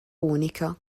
unica